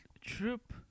troop